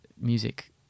music